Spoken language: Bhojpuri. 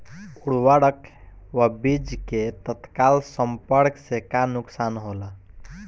उर्वरक व बीज के तत्काल संपर्क से का नुकसान होला?